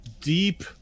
deep